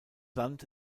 land